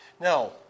Now